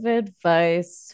advice